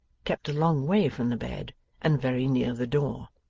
kept a long way from the bed and very near the door.